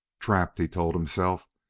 trapped! he told himself,